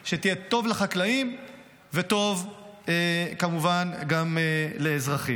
שתהיה טובה לחקלאים וטובה גם לאזרחים.